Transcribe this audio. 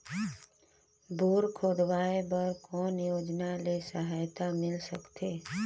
Bore खोदवाय बर कौन योजना ले सहायता मिल सकथे?